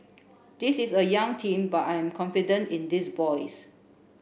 this is a young team but I am confident in these boys